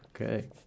Okay